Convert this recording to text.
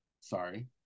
sorry